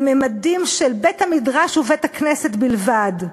לממדים של בית-המדרש ובית-הכנסת בלבד.